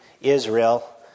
Israel